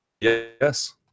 Yes